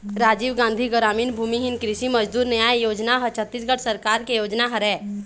राजीव गांधी गरामीन भूमिहीन कृषि मजदूर न्याय योजना ह छत्तीसगढ़ सरकार के योजना हरय